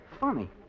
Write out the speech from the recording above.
Funny